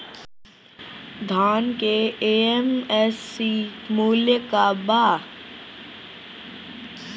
धान के एम.एफ.सी मूल्य का बा?